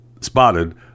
spotted